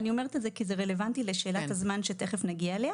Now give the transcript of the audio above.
אני אומרת את זה כי זה רלוונטי לשאלת הזמן שתיכף נגיע אליה